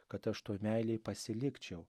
kad aš toj meilėj pasilikčiau